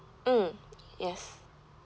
mm yes